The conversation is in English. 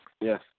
Yes